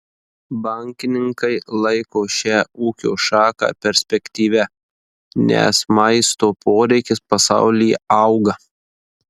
bankininkai laiko šią ūkio šaką perspektyvia nes maisto poreikis pasaulyje auga